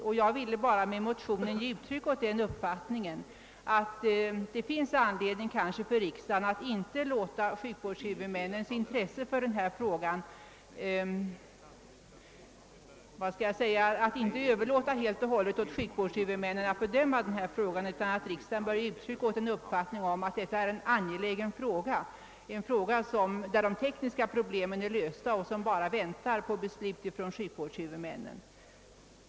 Jag har med min motion endast velat ge uttryck åt uppfattningen att det kan finnas anledning för riksdagen att inte helt överlåta åt sjukvårdshuvudmännen att bedöma denna fråga, utan riksdagen bör ge uttryck åt uppfattningen att frågan är angelägen. Det gäller en fråga där de tekniska problemen är lösta och där vi endast väntar på beslut från sjukvårdshuvudmännen.